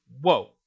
whoa